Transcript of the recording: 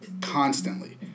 Constantly